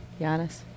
Giannis